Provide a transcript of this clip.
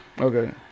okay